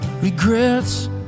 regrets